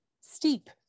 steep